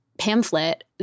pamphlet